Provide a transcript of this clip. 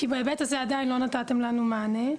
כי באמת לזה עדיין לא נתתם לנו מענה.